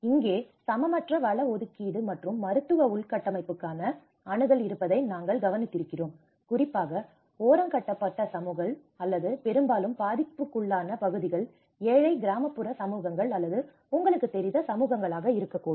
இங்கே கூட சமமற்ற வள ஒதுக்கீடு மற்றும் மருத்துவ உள்கட்டமைப்புக்கான அணுகல் இருப்பதை நாங்கள் கவனிக்கிறோம் குறிப்பாக ஓரங்கட்டப்பட்ட சமூகங்கள் அல்லது பெரும்பாலும் பாதிப்புக்குள்ளான பகுதிகள் ஏழை கிராமப்புற சமூகங்கள் அல்லது உங்களுக்குத் தெரிந்த சமூகங்கள் இருக்கக்கூடும்